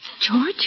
George